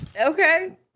Okay